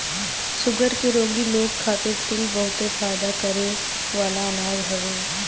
sugar के रोगी लोग खातिर तिल बहुते फायदा करेवाला अनाज हवे